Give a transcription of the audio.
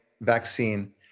vaccine